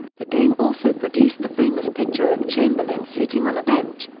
the game also produced the famous picture of chamberlain sitting on a bench,